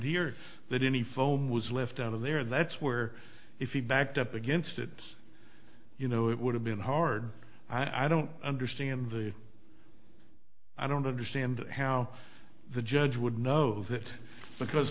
here that any foam was left out of there that's where if he backed up against it you know it would have been hard i don't understand the i don't understand how the judge would know that because